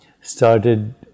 started